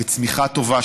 בצמיחה טובה,